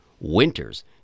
Winters